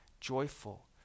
joyful